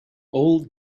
all